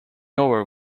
over